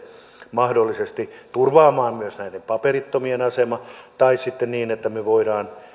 mahdollisesti turvaamaan myös näiden paperittomien aseman tai sitten me voimme